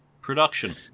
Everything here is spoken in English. production